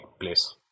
place